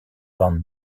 van